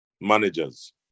managers